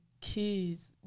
kids